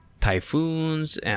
typhoons